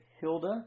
Hilda